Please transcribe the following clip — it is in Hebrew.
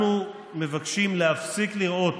אנחנו מבקשים להפסיק לראות